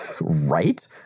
Right